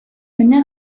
менә